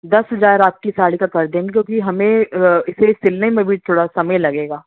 دس ہزار آپ کی ساڑی کا کر دیں گے کیونکہ ہمیں اسے سلنے میں بھی تھوڑا سا سمئے لگے گا